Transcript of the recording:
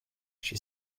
she